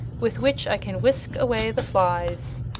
with which i can whisk away the flies.